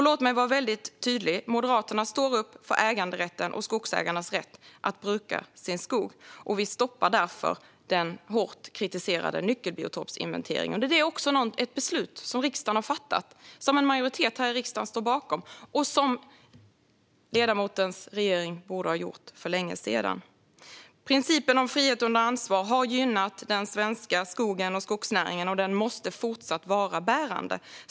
Låt mig vara väldigt tydlig: Moderaterna står upp för äganderätten och skogsägarnas rätt att bruka sin skog. Vi stoppar därför den hårt kritiserade nyckelbiotopsinventeringen. Det är dessutom ett beslut som riksdagen har fattat. En majoritet här i riksdagen står bakom det, och ledamotens regering borde ha gjort detta för länge sedan. Principen om frihet under ansvar har gynnat den svenska skogen och skogsnäringen, och den måste fortsatt vara bärande.